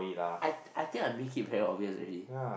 I I think I make it very obvious already